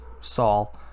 Saul